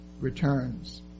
returns